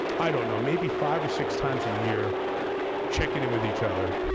i don't know, maybe five or six times a year checking in with each other.